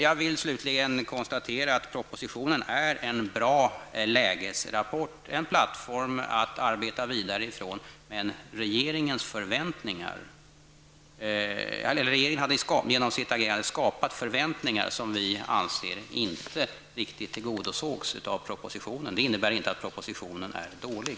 Jag vill slutligen konstatera att propositionen är en bra lägesrapport, en plattform att arbeta vidare ifrån. Regeringen hade genom sitt agerande skapat förväntningar, som vi emellertid inte anser riktigt tillgodosågs av propositionen. Det innebär inte att propositionen är dålig.